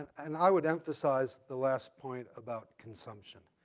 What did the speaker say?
and i would emphasize the last point about consumption.